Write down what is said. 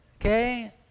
okay